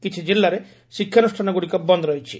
କିଛି କିଲ୍ଲାରେ ଶିକ୍ଷାନୁଷ୍ଠାନଗୁଡ଼ିକ ବନ୍ଦ ରହିଛି